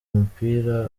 mupira